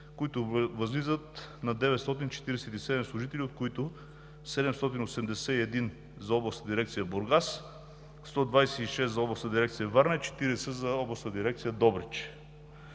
които възлизат на 947 служители, от които 781 за Областна дирекция – Бургас, 126 за Областна дирекция – Варна, и 40 за Областна дирекция – Добрич.